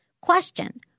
question